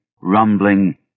rumbling